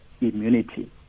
immunity